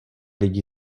lidi